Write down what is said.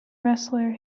wrestler